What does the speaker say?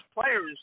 players